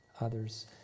others